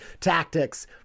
tactics